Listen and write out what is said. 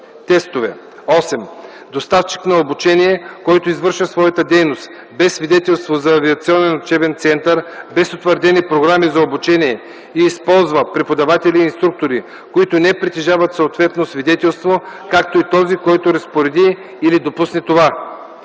тестове; 8. доставчик на обучение, който извършва своята дейност без свидетелство за авиационен учебен център, без утвърдени програми за обучение и използва преподаватели и инструктори, които не притежават съответно свидетелство, както и този, който разпореди или допусне това;